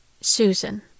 Susan